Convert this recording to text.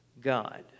God